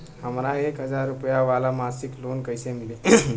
हमरा एक हज़ार रुपया वाला मासिक लोन कईसे मिली?